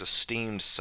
esteemed